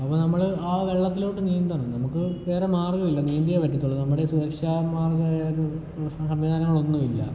അപ്പം നമ്മൾ ആ വെള്ളത്തിലോട്ട് നീന്തണം നമുക്ക് വേറെ മാർഗ്ഗം ഇല്ല നീന്തിയേ പറ്റാത്തൊള്ളു നമ്മുടെ കയ്യിൽ സുരക്ഷാ മാർഗ്ഗങ്ങൾ സംവിധാനങ്ങളൊന്നും ഇല്ല